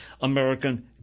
American